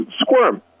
squirm